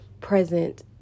present